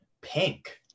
Pink